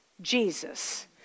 Jesus